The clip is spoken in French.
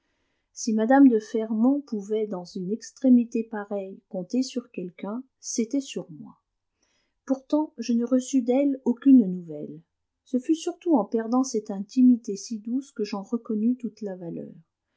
si mme de fermont pouvait dans une extrémité pareille compter sur quelqu'un c'était sur moi pourtant je ne reçus d'elle aucune nouvelle ce fut surtout en perdant cette intimité si douce que j'en reconnus toute la valeur